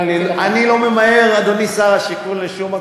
אני לא ממהר, אדוני שר השיכון, לשום מקום.